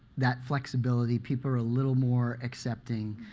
that flexibility. people are a little more accepting.